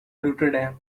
rotterdam